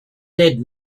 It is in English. dead